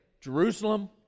Jerusalem